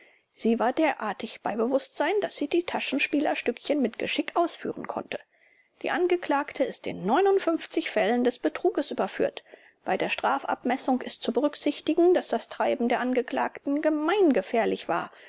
sie war derartig bei bewußtsein daß sie die taschenspielerstückchen mit geschick ausführen konnte die angeklagte ist in fällen des betruges überführt bei der strafabmessung ist zu berücksichtigen daß das treiben der angeklagten gemeingefährlich war